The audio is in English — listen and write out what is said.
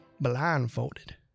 blindfolded